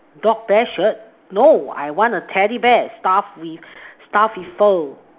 dog bear shirt no I want a teddy bear stuffed with stuffed with fur